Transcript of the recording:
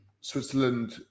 switzerland